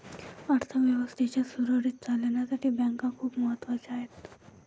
अर्थ व्यवस्थेच्या सुरळीत चालण्यासाठी बँका खूप महत्वाच्या आहेत